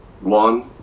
One